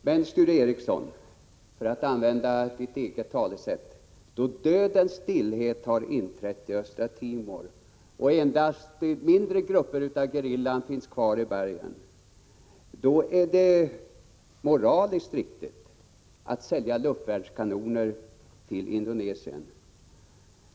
Men för att använda Sture Ericsons eget talesätt: Då dödens stillhet har inträtt i Östra Timor och endast mindre grupper av gerillan finns kvar i bergen, då är det moraliskt riktigt att sälja luftvärnskanoner till Indonesien!